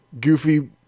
goofy